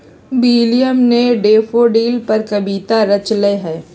William ने daffodil पर कविता रच लय है